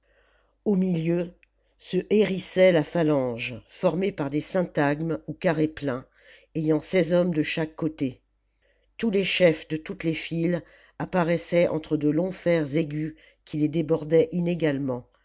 au milieu se hérissait la phalange formée par des sjntagmes ou carrés pleins ayant seize hommes de chaque côté tous les chefs de toutes les files apparaissaient entre de longs fers aigus qui les débordaient inégalement